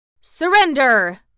Surrender